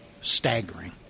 staggering